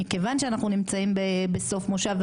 שמכיוון שאנחנו נמצאים בסוף מושב,